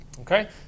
Okay